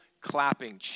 clapping